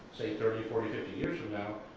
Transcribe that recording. say thirty, forty, fifty years from now,